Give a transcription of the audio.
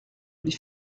les